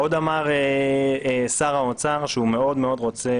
עוד אמר שר האוצר שהוא מאוד מאוד רוצה